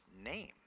name